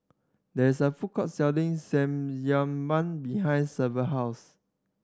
there is a food court selling Samgyeopsal behind Severt house